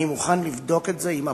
אני מוכן לבדוק את זה עם הפרקליטות.